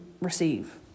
receive